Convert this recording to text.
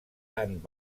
tant